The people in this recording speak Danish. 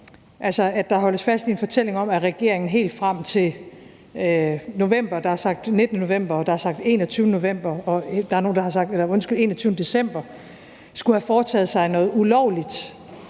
altså at der holdes fast i en fortælling om, at regeringen helt frem til november – der er sagt den 19. november, og der er nogle, der har sagt den 21. december – skulle have foretaget sig noget ulovligt